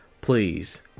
please